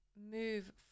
move